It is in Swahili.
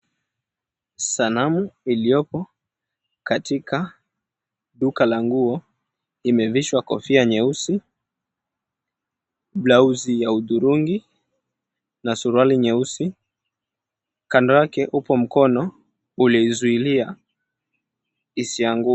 Sanamu iliyopo katika duka la nguo, imevishwa kofia nyeusi, blauzi ya hudhurungi na suruali nyeusi. Kando wake upo mkono ulioizuilia isianguke.